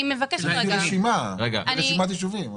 יש לי רשימת יישובים.